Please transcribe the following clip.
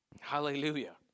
Hallelujah